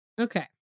Okay